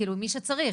כאילו מי שצריך,